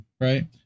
right